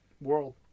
world